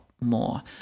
more